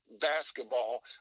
basketball